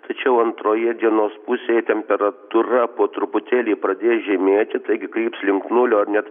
tačiau antroje dienos pusėje temperatūra po truputėlį pradės žemėti taigi kryps link nulio ar net